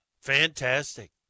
fantastic